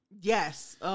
Yes